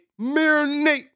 marinate